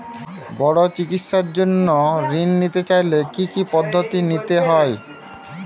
বড় চিকিৎসার জন্য ঋণ নিতে চাইলে কী কী পদ্ধতি নিতে হয়?